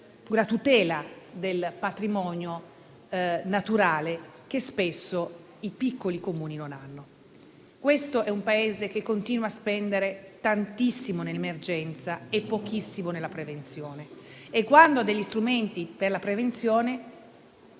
tutela del patrimonio naturale che spesso i piccoli Comuni non hanno. Questo è un Paese che continua a spendere tantissimo nell'emergenza e pochissimo nella prevenzione e quando ha degli strumenti per la prevenzione